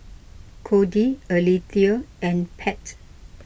Codie Alethea and Pat